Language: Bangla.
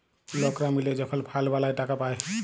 লকরা মিলে যখল ফাল্ড বালাঁয় টাকা পায়